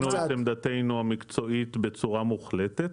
זה לא ששינינו את עמדתנו המקצועית בצורה מוחלטת,